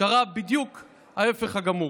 קרה ההפך הגמור.